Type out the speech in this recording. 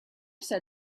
said